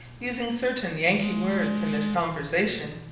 using certain yankee words in their conversation,